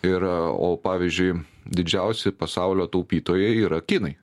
ir o pavyzdžiui didžiausi pasaulio taupytojai yra kinai